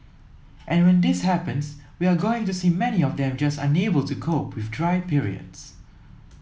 and when this happens we are going to see many of them just unable to cope with dry periods